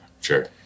sure